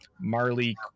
Marley